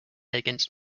against